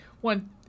One